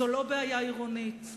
זו לא בעיה עירונית,